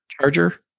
charger